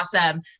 awesome